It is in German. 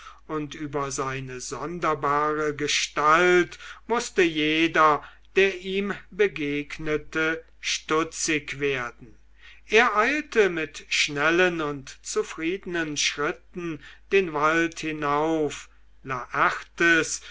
und über seine sonderbare gestalt mußte jeder der ihm begegnete stutzig werden er eilte mit schnellen und zufriedenen schritten den wald hinauf laertes